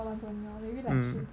mm